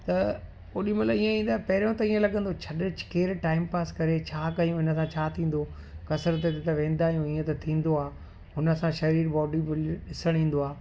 त ओॾी महिल ईअं ई त पहिरियो त ईअं लॻंदो छॾ केर टाइम पास करे छा कयूं इन सां छा थींदो कसरत ते त वेंदा आयूं ईअं त थींदो आहे हुन सां शरीर बॉडी फ़ुल ॾिसणु ईंदो आहे